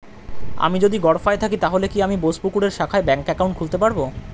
আমি যদি গরফায়ে থাকি তাহলে কি আমি বোসপুকুরের শাখায় ব্যঙ্ক একাউন্ট খুলতে পারবো?